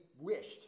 wished